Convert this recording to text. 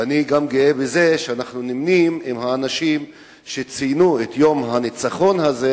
ואני גם גאה בזה שאנחנו נמנים עם האנשים שציינו את יום הניצחון הזה,